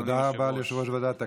תודה רבה ליושב-ראש ועדת הכנסת.